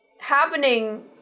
happening